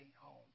home